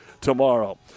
tomorrow